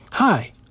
Hi